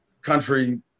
country